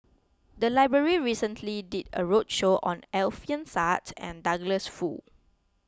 the library recently did a roadshow on Alfian Sa'At and Douglas Foo